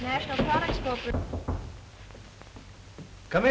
national come